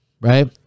Right